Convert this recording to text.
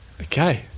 Okay